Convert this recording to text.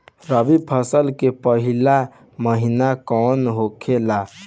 रबी फसल के पहिला महिना कौन होखे ला?